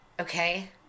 okay